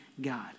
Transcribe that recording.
God